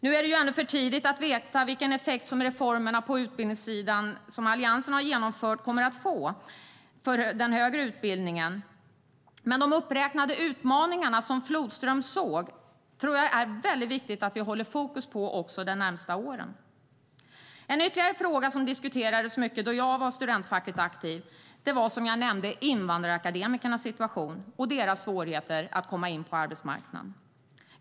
Nu är det ännu för tidigt att veta vilken effekt reformerna på utbildningssidan som Alliansen har genomfört kommer att få för den högre utbildningen. Men jag tror att det är viktigt att hålla fokus på de uppräknade utmaningarna som Flodström såg också för de närmaste åren. En ytterligare fråga som diskuterades mycket då jag var studentfackligt aktiv var, som jag nämnde, invandrarakademikernas situation och deras svårigheter att komma in på arbetsmarknaden.